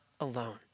alone